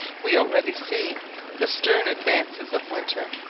we already see the stern advances of winter.